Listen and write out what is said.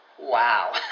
wow